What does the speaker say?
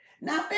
Now